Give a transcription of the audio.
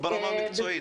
כן.